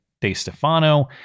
DeStefano